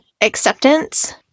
acceptance